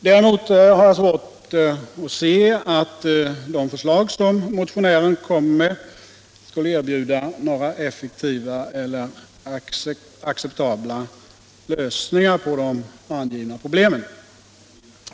Däremot har jag svårt att se att de förslag som motionären kommer med skulle erbjuda någon effektiv eller acceptabel lösning på de angivna problemen.